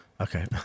Okay